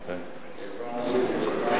תשאל.